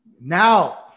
now